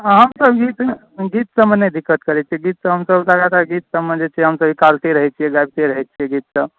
अहाँके गीत गीत सभमे नहि दिक्कत करैत छै गीत तऽ सभ हमसभ लगातार गीत सभमे जे छै हमसभ निकालिते रहैत छियै गबिते रहैत छियै गीतसभ